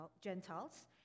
Gentiles